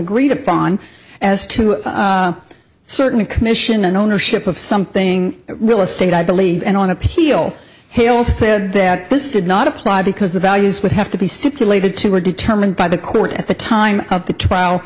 agreed upon as to a certain commission and ownership of something real estate i believe and on appeal he also said that this did not apply because the values would have to be stipulated to were determined by the court at the time of the